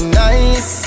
nice